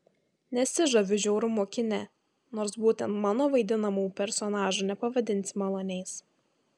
nesižaviu žiaurumu kine nors būtent mano vaidinamų personažų nepavadinsi maloniais